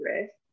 risk